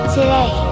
Today